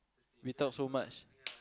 we talk so much